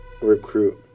recruit